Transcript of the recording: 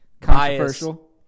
controversial